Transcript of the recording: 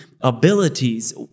abilities